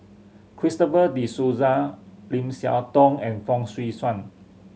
Christopher De Souza Lim Siah Tong and Fong Swee Suan